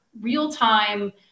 real-time